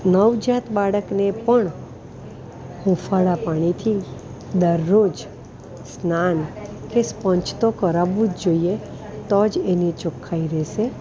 નવજાત બાળકને પણ હુંફાળા પાણીથી દરરોજ સ્નાન કે સપન્ચ તો કરાવવું જ જોઈએ તો જ એની ચોખ્ખાઈ રહેશે